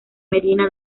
medina